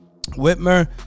Whitmer